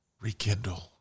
Rekindle